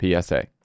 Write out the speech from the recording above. PSA